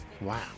Wow